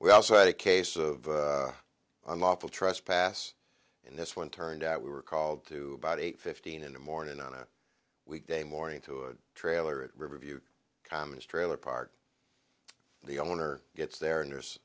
we also had a case of unlawful trespass in this one turned out we were called to about eight fifteen in the morning on a weekday morning to a trailer at riverview commons trailer park the owner gets there and there's